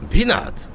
Peanut